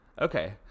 Okay